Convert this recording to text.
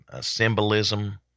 symbolism